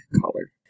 color